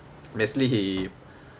basically he